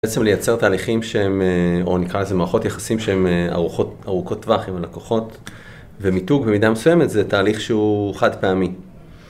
בעצם לייצר תהליכים שהם, או נקרא לזה מערכות יחסים שהם ארוכות טווח עם הלקוחות ומיתוג במידה מסוימת זה תהליך שהוא חד פעמי.